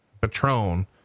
patron